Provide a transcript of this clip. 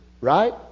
right